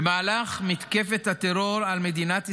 במהלך מתקפת הטרור על מדינת ישראל,